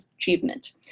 Achievement